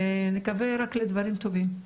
ונקווה רק לדברים טובים.